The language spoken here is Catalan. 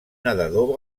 nedador